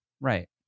Right